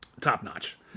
top-notch